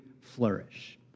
flourish